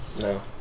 No